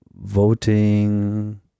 voting